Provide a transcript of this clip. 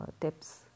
tips